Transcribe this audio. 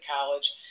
college